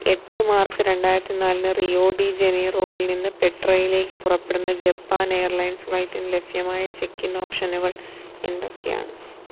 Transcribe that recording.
എട്ട് മാർച്ച് രണ്ടായിരത്തി നാലിന് റിയോഡി ജെനീറോയിൽ നിന്ന് പെട്രലേക്ക് പുറപ്പെടുന്ന ജെപ്പാൻ എയർ ലൈൻസ് ഫ്ലൈറ്റിന് ലഫ്യമായ ചെക്ക് ഇൻ ഓപ്ഷനുകൾ എന്തൊക്കെയാണ്